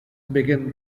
began